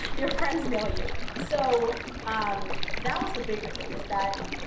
your friends know you. so um that was the bigger thing is that,